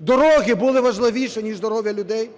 Дороги були важливіші ніж здоров'я людей?